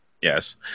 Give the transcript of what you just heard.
yes